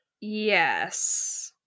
Yes